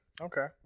Okay